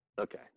Okay